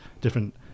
different